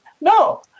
No